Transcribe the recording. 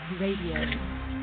Radio